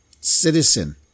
citizen